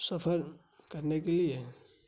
سفر کرنے کے لیے